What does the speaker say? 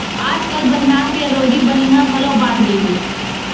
आजकाल बनिहार के रोजी बनी ह घलो बाड़गे हे